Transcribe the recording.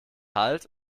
halt